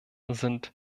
sind